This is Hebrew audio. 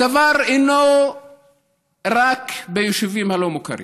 הדבר אינו רק ביישובים הלא-מוכרים.